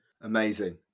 Amazing